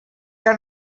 que